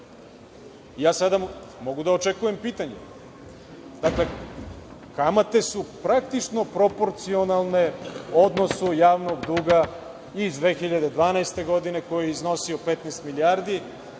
godine. Sada mogu da očekujem pitanje, dakle, kamate su praktično proporcionalne odnosu javnog duga iz 2012. godine koji je iznosio 15 milijardi